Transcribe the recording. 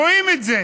רואים את זה.